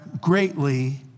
greatly